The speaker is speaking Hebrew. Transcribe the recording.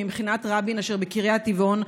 ממכינת רבין אשר בקריית טבעון,